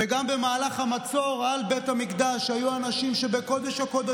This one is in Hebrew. וגם במהלך המצור על בית המקדש היו אנשים שבקודש-הקודשים,